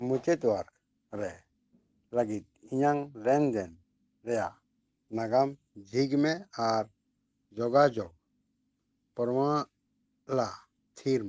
ᱢᱩᱪᱟᱹᱫᱚᱜ ᱨᱮ ᱞᱟᱹᱜᱤᱫ ᱤᱧᱟᱹᱜ ᱞᱮᱱᱫᱮᱱ ᱨᱮᱭᱟᱜ ᱱᱟᱜᱟᱢ ᱡᱷᱤᱡᱽ ᱢᱮ ᱟᱨ ᱡᱳᱜᱟᱡᱳᱜᱽ ᱯᱨᱚᱢᱟᱞᱟ ᱛᱷᱤᱨ ᱢᱮ